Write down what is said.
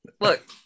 Look